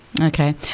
Okay